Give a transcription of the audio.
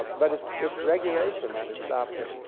but it's it's regulation that has stopped them.